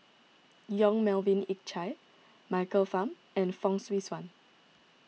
Yong Melvin Yik Chye Michael Fam and Fong Swee Suan